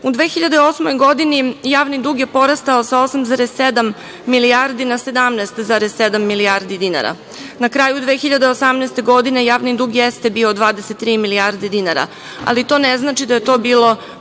2008. godini javni dug je porastao sa 8,7 milijardi na 17,7 milijardi dinara. Na kraju 2018. godine javni dug jeste bio 23 milijardi dinara, ali to ne znači da je to bilo